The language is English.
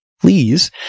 please